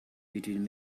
between